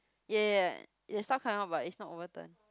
ya ya ya there's stuff coming out but it's not overturn